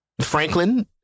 Franklin